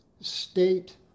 state